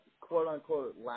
quote-unquote